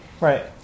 Right